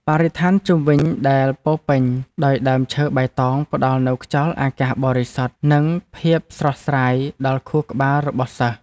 បរិស្ថានជុំវិញដែលពោរពេញដោយដើមឈើបៃតងផ្តល់នូវខ្យល់អាកាសបរិសុទ្ធនិងភាពស្រស់ស្រាយដល់ខួរក្បាលរបស់សិស្ស។